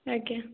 ଆଜ୍ଞା